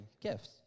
gifts